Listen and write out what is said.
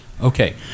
Okay